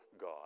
God